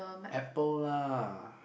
Apple lah